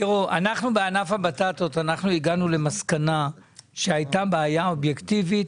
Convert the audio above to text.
אנחנו בענף הבטטות הגענו למסקנה שהייתה בעיה אובייקטיבית